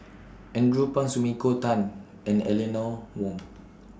Andrew Phang Sumiko Tan and Eleanor Wong